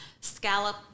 scallop